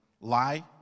lie